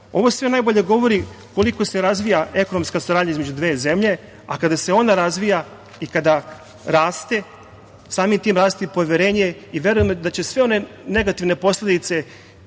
sve najbolje govori koliko se razvija ekonomska saradnja između dve zemlje, a kada se ona razvija i kada raste, samim tim raste i poverenje i verujem da će sve one negativne posledice